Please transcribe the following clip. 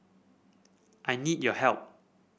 I need your help